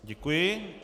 Děkuji.